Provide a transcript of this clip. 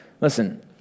Listen